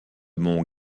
mont